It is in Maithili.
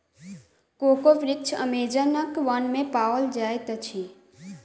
कोको वृक्ष अमेज़नक वन में पाओल जाइत अछि